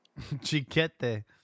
Chiquete